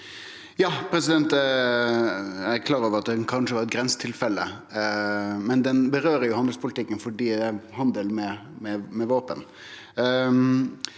Eg er klar over at det kanskje er eit grensetilfelle, men det rører ved handelspolitikken fordi det er handel med våpen.